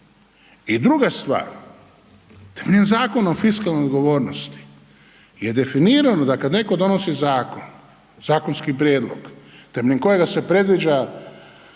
I druga stvar. Temeljem Zakona o fiskalnoj odgovornosti je definirano da kada netko donosi zakon, zakonski prijedlog temeljem kojega se predviđa